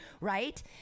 right